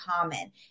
common